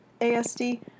ASD